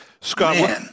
Scott